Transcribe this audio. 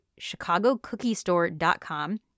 chicagocookiestore.com